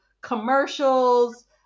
commercials